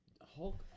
Hulk